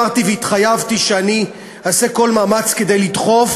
אמרתי והתחייבתי שאעשה כל מאמץ כדי לדחוף